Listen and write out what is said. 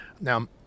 Now